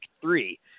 three